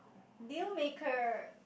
deal maker